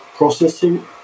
processing